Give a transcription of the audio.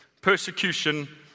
persecution